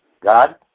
God